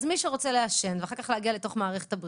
מי שרוצה לעשן ואחר כך להגיע לתוך מערכת הבריאות,